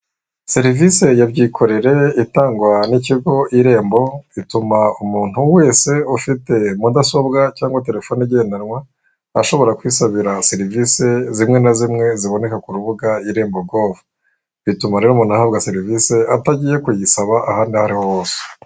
Serivisi ya byikorere itangwa n'ikigo irembo, ituma umuntu wese ufite mudasobwa cyangwa terefone igendanwa, ashobora kwisabira serivisi zimwe na zimwe ziboneka ku rubuga irembo govu. Bituma rero umuntu ahabwa serivisi atagiye kuyisaba ahandi aho ari ho hose.